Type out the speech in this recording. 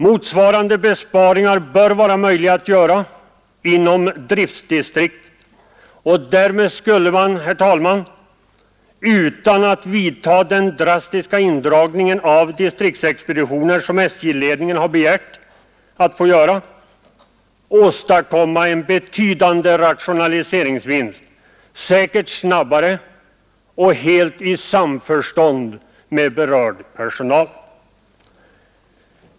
Motsvarande besparingar bör vara möjliga att göra inom driftdistrikten, och därmed skulle man, herr talman, utan att vidtaga den drastiska indragning av distriktsexpeditioner, som SJ-ledningen begärt att få göra, åstadkomma en betydande rationaliseringsvinst, säkert snabbare och i samförstånd med personalen.